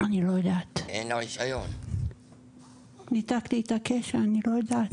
אני לא יודעת, ניתקתי איתה קשר, אני לא יודעת .